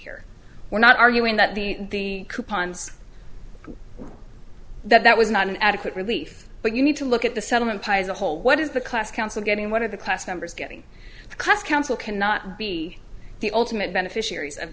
here we're not arguing that the coupons that was not an adequate relief but you need to look at the settlement the whole what is the class council getting what are the class members getting the class council cannot be the ultimate beneficiaries of